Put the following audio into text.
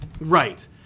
Right